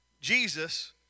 Jesus